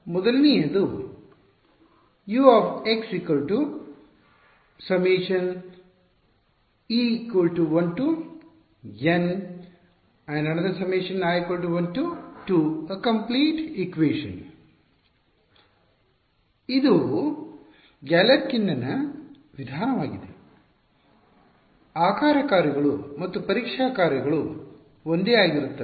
ಆದ್ದರಿಂದ ಮೊದಲನೆಯದು ಇದು ಗ್ಯಾಲೆರ್ಕಿನ್ನ Galerkin's ವಿಧಾನವಾಗಿದೆ ಆಕಾರ ಕಾರ್ಯಗಳು ಮತ್ತು ಪರೀಕ್ಷಾ ಕಾರ್ಯಗಳು ಒಂದೇ ಆಗಿರುತ್ತವೆ